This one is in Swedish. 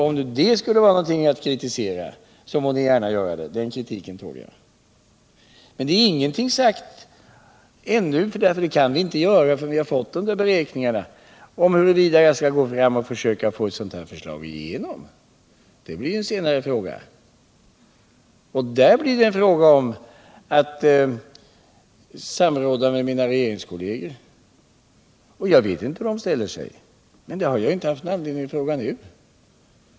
Om detta skulle vara någonting att kritisera, så må ni gärna göra det — den kritiken tål jag. Men ingenting är sagt — det kan inte göras förrän jag fått fram de där beräkningarna — om huruvida jag skall försöka få ett sådant förslag att gå igenom. Det blir en senare fråga. Då får jag samråda med mina regeringskolleger. Jag vet inte hur de ställer sig, och jag har inte haft någon anledning att fråga dem om den här saken nu.